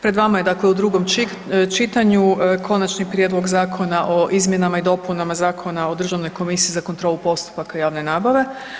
Pred vama je drugom čitanju Konačni prijedlog Zakona o izmjenama i dopunama Zakona o Državnoj komisiji za kontrolu postupaka javne nabave.